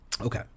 Okay